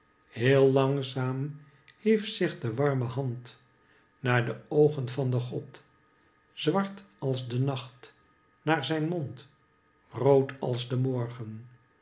heel langzaam hief zich de warme hand naar de oogen van den god zwart als de nacht naar zijn mond rood als de morgen